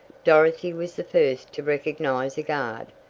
dorothy was the first to recognize a guard,